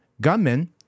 gunmen